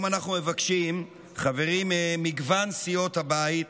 כולנו סוחבים מועקה, דמעות ואבל, חטופים בשבי,